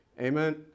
Amen